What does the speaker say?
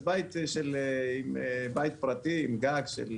אז בית פרטי עם גג של,